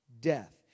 death